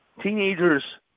Teenagers